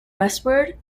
westward